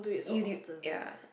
YouTube ya